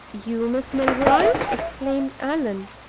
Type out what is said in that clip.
you, miss milroy! exclaimed allan.